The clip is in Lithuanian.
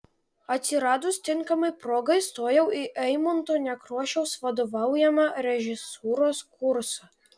atsiradus tinkamai progai stojau į eimunto nekrošiaus vadovaujamą režisūros kursą